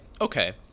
okay